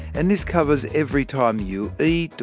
and this covers every time you eat,